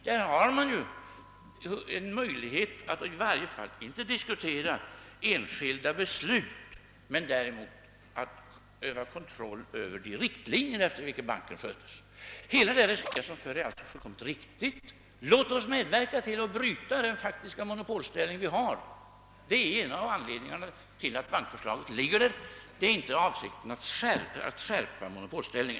Där finns en möjlighet visserligen inte att diskutera enskilda beslut men däremot att utöva kontroll över de riktlinjer efter vilka banken sköts. Hela det resonemang som herr Eliasson för är fullkomligt riktigt. Låt oss medverka till att bryta den faktiska monopolställning som finns! Det är en av anledningarna till bankförslaget. Vi har inte för avsikt att skärpa denna monopolställning.